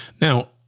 Now